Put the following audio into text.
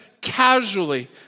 casually